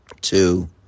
two